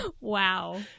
Wow